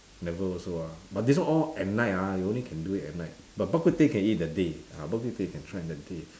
never also ah but this one all at night ah you only can do it at night but bak-kut-teh can eat in the day ah bak-kut-teh you can try in the day